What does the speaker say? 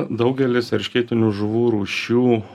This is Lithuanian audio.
daugelis eršketinių žuvų rūšių